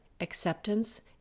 acceptance